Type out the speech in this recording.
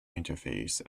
interface